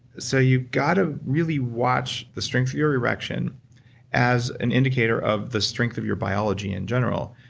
so, you've got to really watch the strength of your erection as an indicator of the strength of your biology in general,